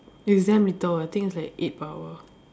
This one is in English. it's damn little I think it's like eight per hour